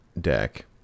deck